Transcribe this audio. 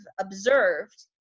observed